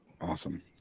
Awesome